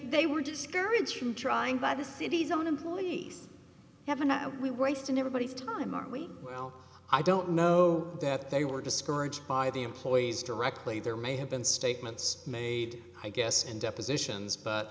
they were discouraged from trying by the city's own employees haven't i we wasting everybody's time are we well i don't know that they were discouraged by the employees directly there may have been statements made i guess in depositions but